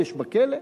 חודש בכלא,